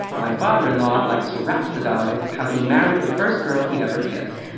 my father in law likes to rhapsodize how he married the first girl he ever kissed.